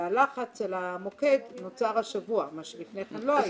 והלחץ על המוקד נוצר השבוע, מה שלפני כן לא היה.